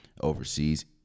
overseas